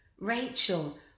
Rachel